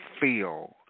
Feel